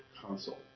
console